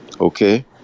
Okay